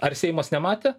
ar seimas nematė